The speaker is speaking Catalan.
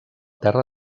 terra